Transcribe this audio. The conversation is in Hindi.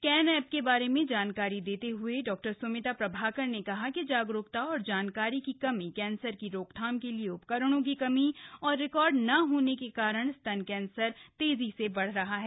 कैन एप के बारे में जानकारी देते हए डॉ सुमिता प्रभाकर ने कहा कि जागरूकता और जानकारी की कमी कैंसर की रोकथाम के लिए उपकरणों की कमी और रिकॉर्ड न होने के कारण स्तन कैंसर तेजी से बढ़ रहा है